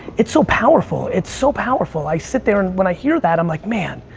it's so powerful, it's so powerful. i sit there and when i hear that i'm like, man.